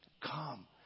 Come